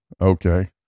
Okay